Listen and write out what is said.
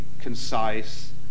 concise